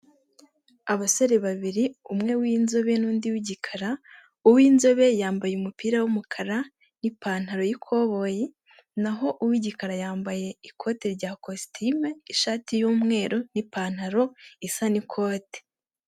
Abasore babiri umwe w'inzobe n'undi w'igikara, uw'inzobe yambaye umupira w'umukara n'ipantaro y'ikoboyi naho uw'igikara yambaye ikote rya kositime, ishati y'umweru n'ipantaro isa n'ikote.